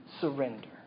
surrender